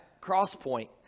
Crosspoint